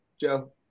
Joe